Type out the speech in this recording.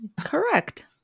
Correct